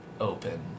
open